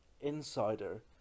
Insider